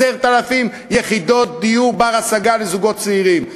10,000 יחידות דיור בר-השגה לזוגות צעירים.